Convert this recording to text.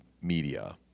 media